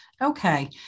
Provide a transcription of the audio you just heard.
Okay